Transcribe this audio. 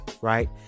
Right